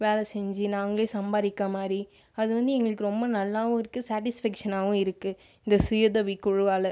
வேலை செஞ்சு நாங்களே சம்பாதிக்கிறமாரி அது வந்து எங்களுக்கு ரொம்ப நல்லாவும் இருக்குது சாட்டிஸ்ஃபேக்ஷனாவும் இருக்குது இந்த சுய உதவி குழுவால்